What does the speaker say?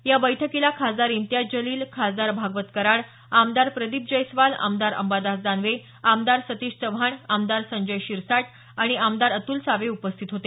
या बैठकीला खासदार इम्तियाज जलील खासदार भागवत कराड आमदार प्रदीप जैस्वाल आमदार अंबादास दानवे आमदार सतीश चव्हाण आमदार संजय शिरसाट आणि आमदार अतुल सावे उपस्थित होते